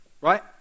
right